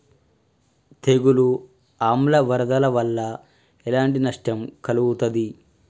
తెగులు ఆమ్ల వరదల వల్ల ఎలాంటి నష్టం కలుగుతది?